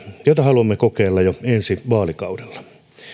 jota haluamme kokeilla jo ensi vaalikaudella